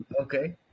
Okay